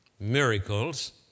Miracles